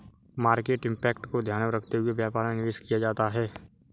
market impact को ध्यान में रखते हुए व्यापार में निवेश किया जाता है